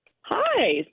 Hi